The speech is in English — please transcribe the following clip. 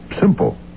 simple